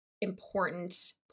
important